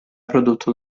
prodotto